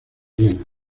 viena